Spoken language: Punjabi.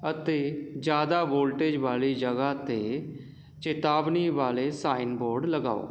ਅਤੇ ਜ਼ਿਆਦਾ ਵੋਲਟੇਜ ਵਾਲੀ ਜਗ੍ਹਾ 'ਤੇ ਚੇਤਾਵਨੀ ਵਾਲੇ ਸਾਈਨ ਬੋਰਡ ਲਗਾਓ